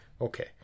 Okay